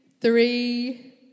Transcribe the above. three